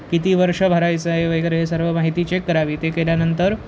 किती वर्ष भरायचं आहे वगैरे हे सर्व माहिती चेक करावी ते केल्यानंतर